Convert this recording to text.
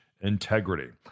integrity